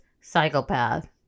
psychopath